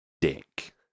Dick